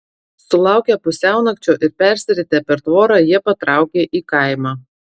sulaukę pusiaunakčio ir persiritę per tvorą jie patraukė į kaimą